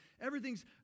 everything's